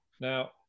now